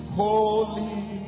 Holy